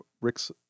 Rick's